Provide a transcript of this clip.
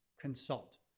Consult